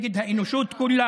לזמן.